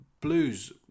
Blues